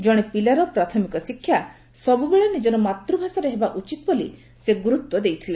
ଜଣେ ପିଲାର ପ୍ରାଥମିକ ଶିକ୍ଷା ସବୁବେଳେ ନିଜର ମାତୃଭାଷାରେ ହେବା ଉଚିତ ବୋଲି ସେ ଗୁରୁତ୍ୱ ଦେଇଥିଲେ